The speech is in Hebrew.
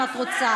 אם את רוצה,